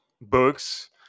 books